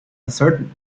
uncertain